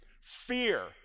Fear